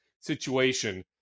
situation